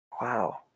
Wow